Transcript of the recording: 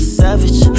savage